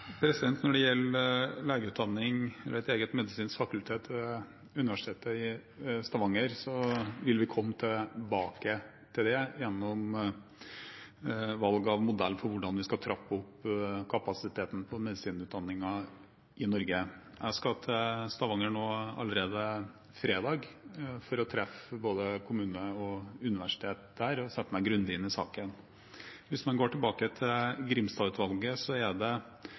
Når det gjelder legeutdanning ved et eget medisinsk fakultet ved Universitetet i Stavanger, vil vi komme tilbake til det gjennom valg av modell for hvordan vi skal trappe opp kapasiteten på medisinutdanningen i Norge. Jeg skal til Stavanger nå, allerede fredag, for å treffe både kommune og universitet der og sette meg grundig inn i saken. Hvis man går tilbake til Grimstad-utvalget, er det,